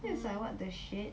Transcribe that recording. it was like what the shit